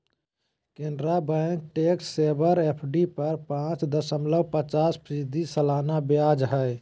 Canara bank tax saver FD पर पाच दशमलब पचास फीसदी सालाना ब्याज हइ